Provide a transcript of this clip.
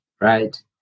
right